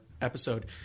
episode